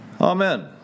Amen